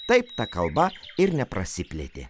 taip ta kalba ir neprasiplėtė